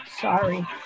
Sorry